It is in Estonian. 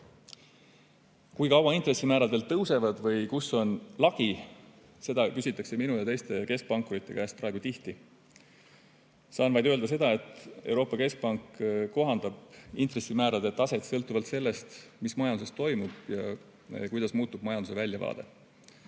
kaua intressimäärad veel tõusevad või kus on lagi? Seda küsitakse minu ja teiste keskpankurite käest praegu tihti. Saan vaid öelda seda, et Euroopa Keskpank kohandab intressimäärade taset sõltuvalt sellest, mis majanduses toimub ja kuidas muutub majanduse väljavaade.